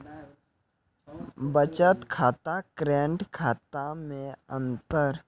बचत खाता करेंट खाता मे अंतर?